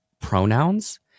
pronouns